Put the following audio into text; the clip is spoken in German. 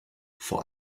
vor